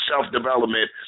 self-development